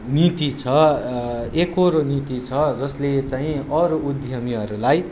नीति छ एकोहोरो नीति छ जसले चाहिँ अरू उद्यमीहरूलाई